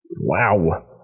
Wow